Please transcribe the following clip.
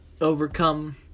Overcome